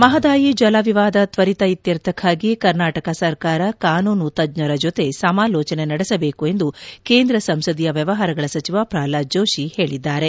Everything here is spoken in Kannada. ಮಹದಾಯಿ ಜಲವಿವಾದ ತ್ವರಿತ ಇತ್ಯರ್ಥ್ಯಕ್ಕಾಗಿ ಕರ್ನಾಟಕ ಸರ್ಕಾರ ಕಾನೂನು ತಜ್ಞರ ಜೊತೆ ಸಮಾಲೋಚನೆ ನಡೆಸಬೇಕು ಎಂದು ಕೇಂದ್ರ ಸಂಸದೀಯ ವ್ಯವಹಾರಗಳ ಸಚಿವ ಪ್ರಹ್ಲಾದ ಜೋಶಿ ತಿಳಿಸಿದ್ದಾರೆ